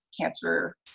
cancer